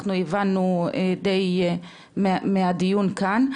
אנחנו הבנו די מהדיון כאן.